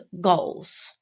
goals